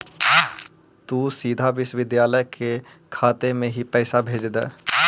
तु सीधा विद्यालय के खाते में ही पैसे भेज द